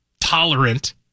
tolerant